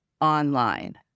online